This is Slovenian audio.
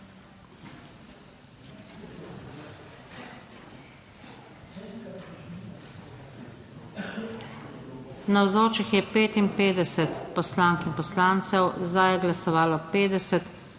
Prisotnih je 55 poslank in poslancev, za je glasovalo 51,